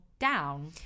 Down